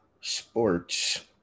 sports